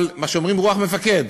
אבל מה שאומרים, רוח המפקד.